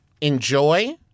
enjoy